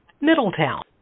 Middletown